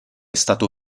stato